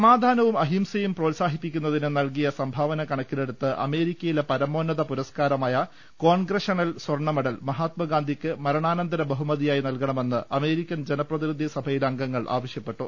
സമാധാനവും അഹിംസയും പ്രോത്സാഹിപ്പിക്കുന്നതിന് നൽകിയ സംഭാവന കണക്കിലെടുത്ത് അമേരിക്കയിലെ പരമോ ന്നത പുരസ്കാരമായ കോൺഗ്രഷനൽ സ്വർണ്ണമെഡൽ മഹാ ത്മാഗാന്ധിക്ക് മരണാനന്തര ബഹുമതിയായി നൽകണമെന്ന് അമേരിക്കൽ ജനപ്രതിനിധി സഭയിലെ അംഗങ്ങൾ ആവശ്യപ്പെ ട്ടു